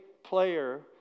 Player